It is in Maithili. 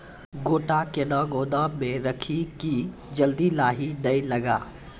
गोटा कैनो गोदाम मे रखी की जल्दी लाही नए लगा?